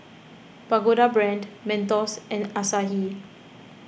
Pagoda Brand Mentos and Asahi